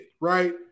right